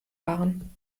waren